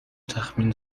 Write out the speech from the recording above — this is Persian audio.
تخمین